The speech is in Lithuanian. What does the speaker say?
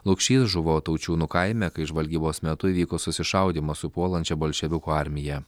lukšys žuvo taučiūnų kaime kai žvalgybos metu įvyko susišaudymas su puolančia bolševikų armija